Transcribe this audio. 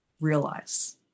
realize